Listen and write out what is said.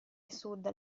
sud